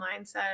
mindset